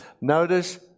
Notice